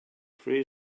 free